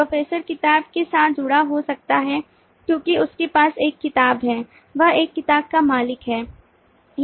professor किताब के साथ जुड़ा हो सकता है क्योंकि उसके पास एक किताब है वह एक किताब का मालिक है